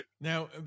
Now